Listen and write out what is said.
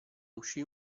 uscì